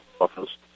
office